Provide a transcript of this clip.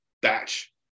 batch